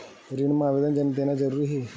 ऋण मा आवेदन देना जरूरी हे?